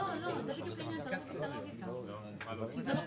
מי בעד קבלת ההסתייגות?